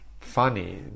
funny